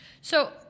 So-